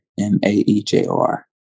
M-A-E-J-O-R